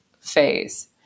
phase